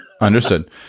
Understood